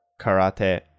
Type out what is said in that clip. karate